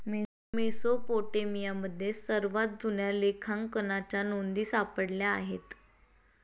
मेसोपोटेमियामध्ये सर्वात जुन्या लेखांकनाच्या नोंदी सापडल्या आहेत